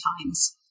times